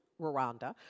Rwanda